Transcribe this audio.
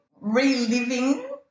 reliving